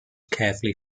carefully